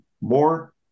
more